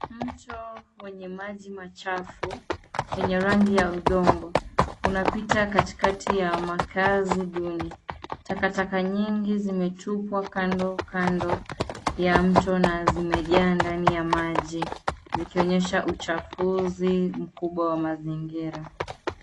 Mto wenye maji machafu yenye rangi ya udongo unapita katikati ya makazi duni. Takataka nyingi zimetupwa kando kando ya mto na zimejaa ndani ya maji zikionyesha uchafuzi mkubwa wa mazingira.